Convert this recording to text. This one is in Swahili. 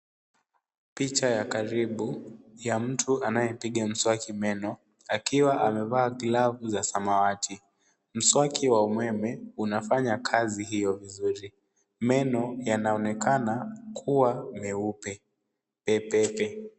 Picha ya karibu ya mtu anayepiga mswaki meno akiwa amevaa glavu za samawati . Mswaki wa umeme unafanya kazi hiyo vizuri. Meno yanaonekana kuwa meupe pe pe pe.